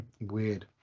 Weird